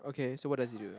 okay so what does it do